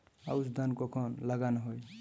আউশ ধান কখন লাগানো হয়?